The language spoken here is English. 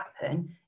happen